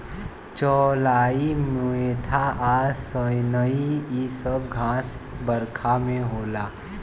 चौलाई मोथा आ सनइ इ सब घास बरखा में होला